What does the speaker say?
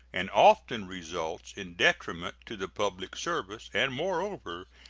and often results in detriment to the public service, and, moreover,